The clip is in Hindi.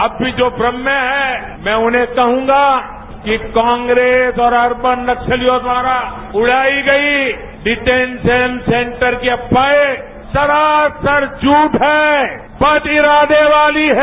अब भी जो भ्रम में है मैं उन्हें कहूंगा कि कांग्रेस और अर्थन नक्सलियों द्वारा उड़ाई गई डिटेंशन सेंटर की अफवाहें सरासर झूठ है बद इरादें वाली है